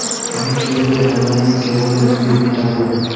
আমি কিভাবে অনলাইনে কেবলের বিল মেটাবো?